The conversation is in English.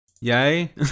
yay